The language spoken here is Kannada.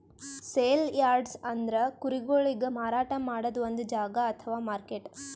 ಸೇಲ್ ಯಾರ್ಡ್ಸ್ ಅಂದ್ರ ಕುರಿಗೊಳಿಗ್ ಮಾರಾಟ್ ಮಾಡದ್ದ್ ಒಂದ್ ಜಾಗಾ ಅಥವಾ ಮಾರ್ಕೆಟ್